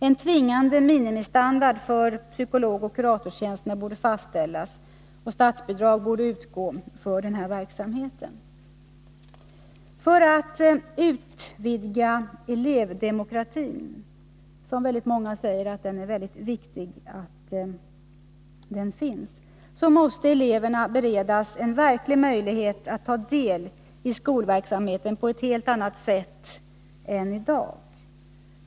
En tvingande minimistandard för psykologoch kuratorstjänsterna borde fastställas, och statsbidrag borde utgå för den här verksamheten. För att utvidga elevdemokratin i skolan — många säger att det är viktigt att den finns — måste eleverna beredas verklig möjlighet att ta del i skolverksamheten på ett helt annat sätt än i dag.